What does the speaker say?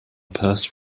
purse